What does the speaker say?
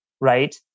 Right